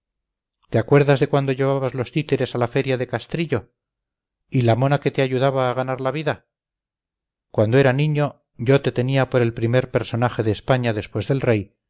te acuerdas de cuando llevabas los títeres a la feria de castrillo y la mona que te ayudaba a ganar la vida cuando era niño yo te tenía por el primer personaje de españa después del rey